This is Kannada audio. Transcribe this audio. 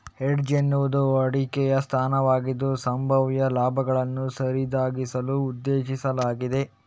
ಹೆಡ್ಜ್ ಎನ್ನುವುದು ಹೂಡಿಕೆಯ ಸ್ಥಾನವಾಗಿದ್ದು, ಸಂಭಾವ್ಯ ಲಾಭಗಳನ್ನು ಸರಿದೂಗಿಸಲು ಉದ್ದೇಶಿಸಲಾಗಿದೆ